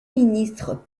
ministre